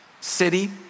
city